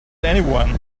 anyone